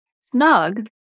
snug